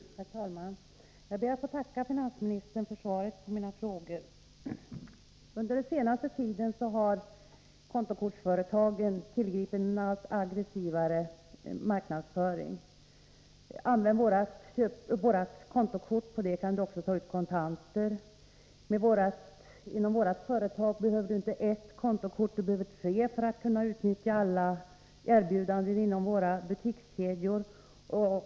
Herr talman! Jag ber att få tacka finansministern för svaret på mina frågor. Under den senaste tiden har kontokortsföretagen tillgripit en allt aggressivare marknadsföring: Använd vårt kontokort, på det kan du också ta ut kontanter! Inom vårt företag behöver du inte ett kontokort, du behöver tre för att kunna utnyttja alla erbjudanden inom våra butikskedjor!